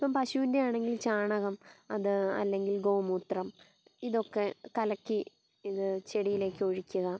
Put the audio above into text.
ഇപ്പം പശുവിൻ്റെ ആണെങ്കിൽ ചാണകം അത് അല്ലെങ്കിൽ ഗോ മൂത്രം ഇതൊക്കെ കലക്കി ഇത് ചെടിയിലേക്ക് ഒഴിക്കുക